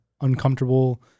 uncomfortable